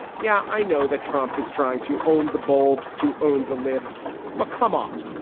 yeah i know that trump is trying to own the bulbs to own the libs but come on.